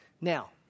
Now